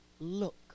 look